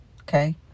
Okay